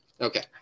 Okay